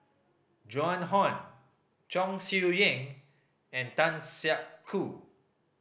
Joan Hon Chong Siew Ying and Tan Siak Kew